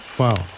wow